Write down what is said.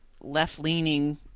left-leaning